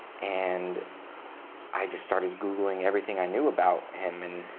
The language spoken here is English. and i just started googling everything i knew about him. and